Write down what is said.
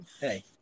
Hey